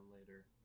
later